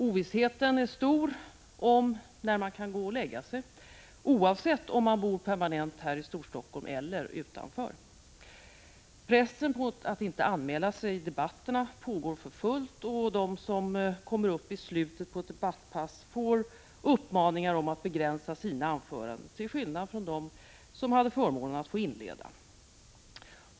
Ovissheten är stor om när man kan gå och lägga sig, oavsett om man bor permanent här i Storstockholm eller utanför. Pressen på ledamöterna att inte anmäla sig till debatterna pågår för fullt, och de som kommer upp i slutet på ett debattpass får uppmaningar om att begränsa sina anföranden, till skillnad från dem som hade förmånen att få inleda.